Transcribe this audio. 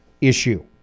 issue